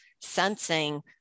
sensing